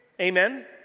Amen